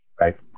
right